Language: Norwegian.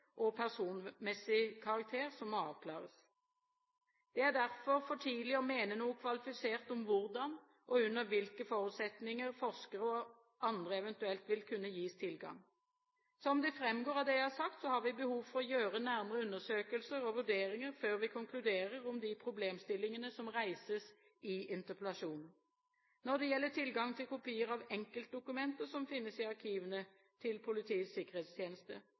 og personmessig karakter som må avklares. Det er derfor for tidlig å mene noe kvalifisert om hvordan og under hvilke forutsetninger forskere og andre eventuelt vil kunne gis tilgang. Som det framgår av det jeg har sagt, har vi behov for å gjøre nærmere undersøkelser og vurderinger før vi konkluderer om de problemstillingene som reises i interpellasjonen. Når det gjelder tilgangen til kopier av enkeltdokumenter som finnes i arkivene til Politiets sikkerhetstjeneste,